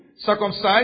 circumcised